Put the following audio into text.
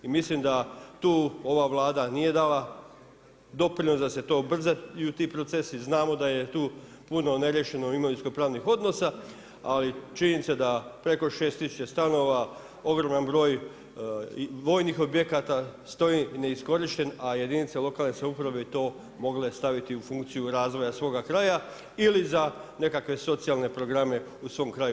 I mislim da tu ova Vlada nije dala doprinos da se ubrzaju ti procesi, znamo da je tu puno neriješeno imovinskopravnih odnosa, ali činjenica da preko 6000 stanova, ogroman broj vojnih objekata stoji neiskorišten, a jedinice lokalne samouprave bi to mogle staviti u funkciju razvoja svoga kraja ili za nekakve socijalne programe u svome kraju.